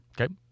Okay